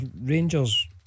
Rangers